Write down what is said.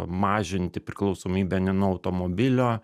mažinti priklausomybę ne nuo automobilio